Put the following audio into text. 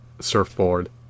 surfboard